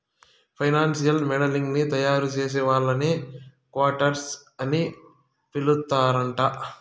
financial modelling ని తయారుచేసే వాళ్ళని క్వాంట్స్ అని పిలుత్తరాంట